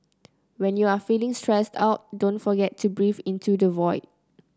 when you are feeling stressed out don't forget to breathe into the void